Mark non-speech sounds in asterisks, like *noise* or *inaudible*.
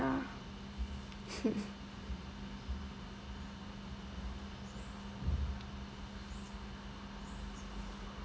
*laughs*